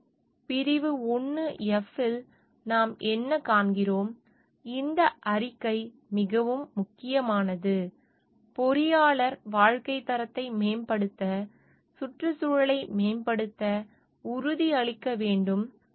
எனவே பிரிவு 1 f இல் நாம் என்ன காண்கிறோம் இந்த அறிக்கை மிகவும் முக்கியமானது பொறியாளர் வாழ்க்கைத் தரத்தை மேம்படுத்த சுற்றுச்சூழலை மேம்படுத்த உறுதியளிக்க வேண்டும்